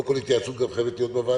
לא כל התייעצות חייבת להיות בוועדה.